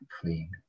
clean